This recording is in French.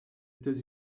états